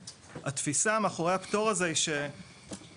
התפיסה מאחורי הפטור הזה היא שאסדרה